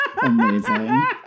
Amazing